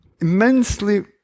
immensely